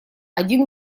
один